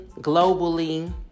globally